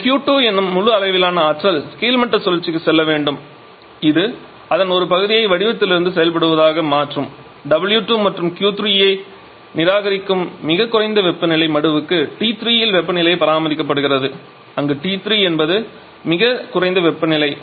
இந்த Q2 எனும் முழு அளவிலான ஆற்றல் கீழ்மட்ட சுழற்சிக்குச் செல்ல வேண்டும் இது அதன் ஒரு பகுதியை வடிவத்திலிருந்து செயல்படுவதாக மாற்றும் W2 மற்றும் Q3 ஐ நிராகரிக்கும் மிகக் குறைந்த வெப்பநிலை மடுவுக்கு T3 இல் வெப்பநிலை பராமரிக்கப்படுகிறது அங்கு T3 என்பது மிகக் குறைந்த வெப்பநிலை